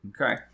Okay